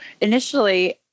initially